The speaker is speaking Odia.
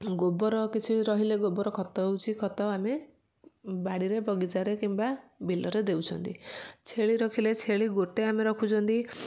ଗୋବର କିଛି ରହିଲେ ଗୋବର ଖତ ହେଉଛି ଖତ ଆମେ ବାଡ଼ିରେ ବଗିଚାରେ କିମ୍ବା ବିଲରେ ଦେଉଛନ୍ତି ଛେଳି ରଖିଲେ ଛେଳି ଗୋଟେ ଆମେ ରଖୁଛନ୍ତି